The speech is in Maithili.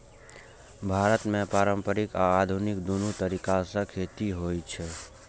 भारत मे पारंपरिक आ आधुनिक, दुनू तरीका सं खेती होइ छै